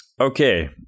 Okay